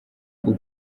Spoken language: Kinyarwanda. uko